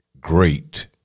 great